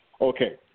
Okay